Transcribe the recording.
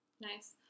Nice